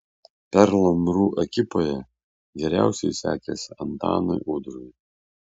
perlo mru ekipoje geriausiai sekėsi antanui udrui